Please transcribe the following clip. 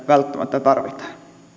välttämättä tarvitaan